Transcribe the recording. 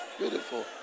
beautiful